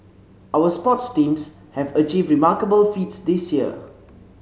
our sports teams have achieved remarkable feats this year